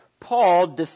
Paul